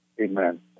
Amen